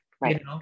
Right